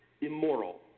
immoral